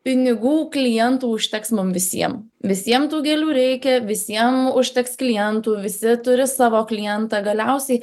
pinigų klientų užteks mum visiem visiem tų gėlių reikia visiem užteks klientų visi turi savo klientą galiausiai